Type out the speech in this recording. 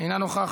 אינה נוכחת,